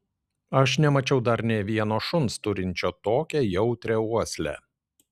aš nemačiau dar nė vieno šuns turinčio tokią jautrią uoslę